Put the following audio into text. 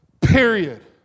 period